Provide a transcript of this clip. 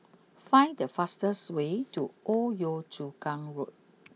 find the fastest way to Old Yio Chu Kang Road